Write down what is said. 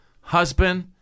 husband